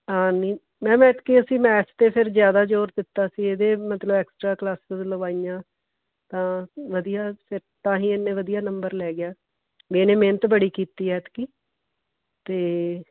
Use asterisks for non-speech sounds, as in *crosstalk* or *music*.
*unintelligible* ma'am ਐਤਕੀ ਅਸੀਂ math 'ਤੇ ਫਿਰ ਜ਼ਿਆਦਾ ਜੋਰ ਦਿੱਤਾ ਸੀ ਇਹਦੇ ਮਤਲਬ ਐਕਸਟਰਾ ਕਲਾਸਿਸ ਲਵਾਈਆਂ ਤਾਂ ਵਧੀ ਫਿਰ ਤਾਂ ਹੀ ਇਹਨੇ ਵਧੀਆ ਨੰਬਰ ਲੈ ਗਿਆ ਇੱਨੇ ਮਿਹਨਤ ਬੜੀ ਕੀਤੀ ਐਤਕੀ ਅਤੇ